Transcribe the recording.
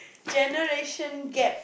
generation gap